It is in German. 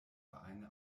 vereine